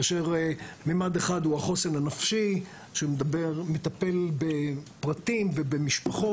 כאשר ממד אחד הוא החוסן הנפשי שמטפל בפרטים ובמשפחות.